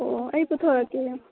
ꯑꯣ ꯑꯣ ꯑꯩ ꯄꯨꯊꯣꯔꯛꯀꯦ ꯌꯦꯡꯉꯣ